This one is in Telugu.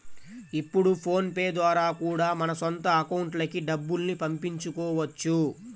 ఇప్పుడు ఫోన్ పే ద్వారా కూడా మన సొంత అకౌంట్లకి డబ్బుల్ని పంపించుకోవచ్చు